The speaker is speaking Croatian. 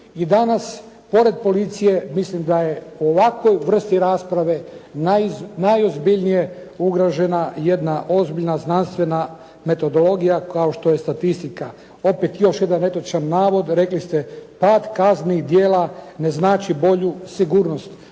I danas pored policije mislim da je ovakvoj vrsti rasprave najozbiljnije ugrožena jedna ozbiljna znanstvena metodologija kao što je statistika. Opet još jedan netočan navod. Rekli ste: «Pad kaznenih djela ne znači bolju sigurnost».